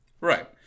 right